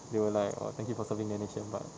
they were like oh thank you for serving the nation but